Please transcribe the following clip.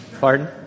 Pardon